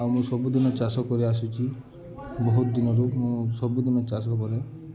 ଆଉ ମୁଁ ସବୁଦିନେ ଚାଷ କରି ଆସୁଛି ବହୁତ ଦିନରୁ ମୁଁ ସବୁଦିନେ ଚାଷ କରେ